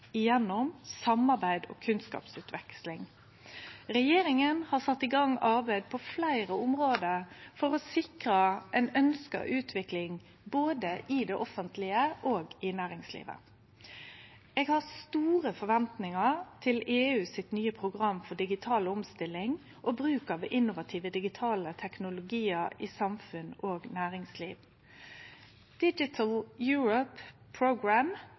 gjennom samarbeid og kunnskapsutveksling. Regjeringa har sett i gang arbeid på fleire område for å sikre ei ønskt utvikling både i det offentlege og i næringslivet. Eg har store forventningar til EUs nye program for digital omstilling og bruk av innovative digitale teknologiar i samfunn og næringsliv.